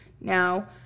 Now